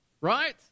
right